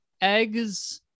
eggs